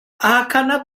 ahakana